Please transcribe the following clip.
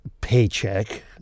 paycheck